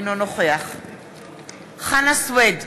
אינו נוכח חנא סוייד,